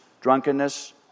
drunkenness